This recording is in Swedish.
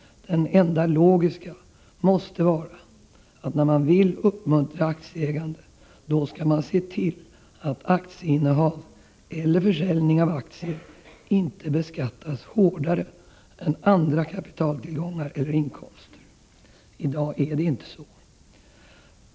Den enda logiska slutsatsen måste vara att när man vill uppmuntra aktieägande skall man se till, att aktieinnehav eller försäljning av aktier inte beskattas hårdare än andra kapitaltillgångar eller inkomster. I dag är det inte så.